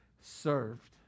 served